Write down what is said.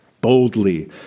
boldly